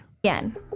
Again